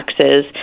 taxes